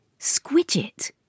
Squidget